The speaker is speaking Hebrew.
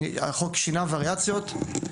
והחוק שינה וריאציות.